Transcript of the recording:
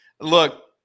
look